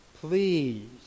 Please